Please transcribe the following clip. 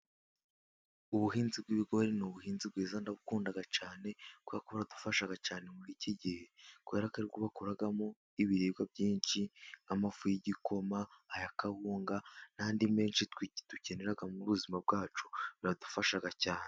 Ubuhinzi bw'ibigori ni ubuhinzi bwiza ndabukunda cyane. kubera ko buradufasha cyane muri iki gihe. kubera ko ari bwo bakuramo ibiribwa byinshi nk'amafu y'igikoma, aya kawunga n'andi menshi dukenera mu buzima bwacu. Biradufasha cyane.